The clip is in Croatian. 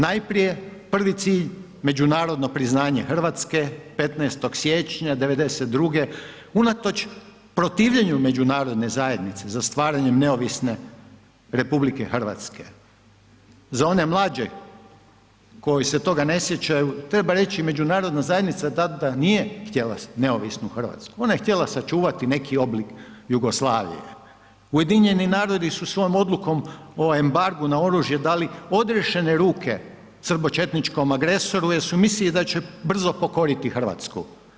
Najprije, prvi cilj međunarodno priznanje RH 15. siječnja '92. unatoč protivljenju Međunarodne zajednice za stvaranjem neovisne RH, za one mlađe koji se toga ne sjećaju treba reći Međunarodna zajednica da, da nije htjela neovisnu RH, ona je htjela sačuvati neki oblik Jugoslavije, UN su svojom odlukom o embargu na oružje dali odriješene ruke srbočetničkom agresoru jer su mislili da će brzo pokoriti RH.